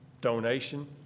donation